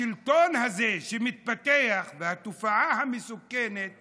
השלטון הזה שמתפתח והתופעה המסוכנת